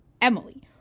Emily